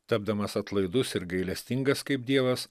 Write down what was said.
tapdamas atlaidus ir gailestingas kaip dievas